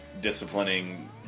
disciplining